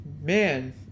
man